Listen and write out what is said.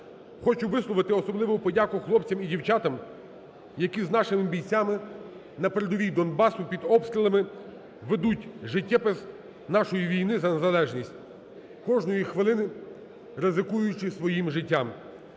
Хочу висловити особливу подяку хлопцям і дівчатам, які з нашими бійцями на передовій Донбасу під обстрілами ведуть життєпис нашої війни за незалежність, кожної хвилини ризикуючи своїм життям.